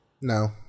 No